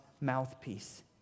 mouthpiece